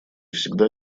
всегда